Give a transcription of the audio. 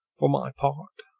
for my part,